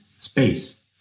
space